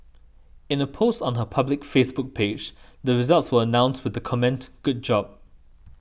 in a post on her public Facebook page the results were announced with the comment Good job